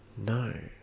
No